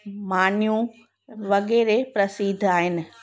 मानियूं वग़ैरह प्रसिद्ध आहिनि